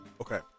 Okay